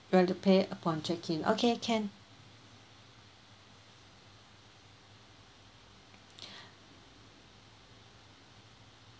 you have to pay upon check-in okay can